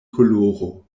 koloro